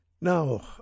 Now